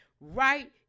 right